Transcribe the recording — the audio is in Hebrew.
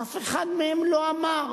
אף אחד מהם לא אמר: